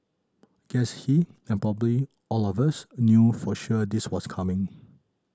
guess he and probably all of us knew for sure this was coming